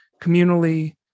communally